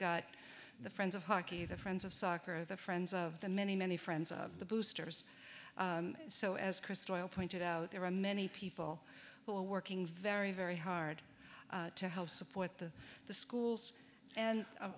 got the friends of hockey the friends of soccer the friends of the many many friends of the boosters so as crystal pointed out there are many people who are working very very hard to help support the the schools and